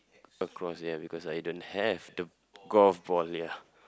across it ya because I don't have the golf ball here